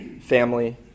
family